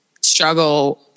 struggle